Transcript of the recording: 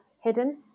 hidden